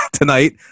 Tonight